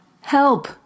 Help